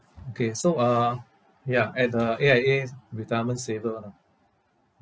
okay so uh ya at the A_I_A's retirement saver [one] ah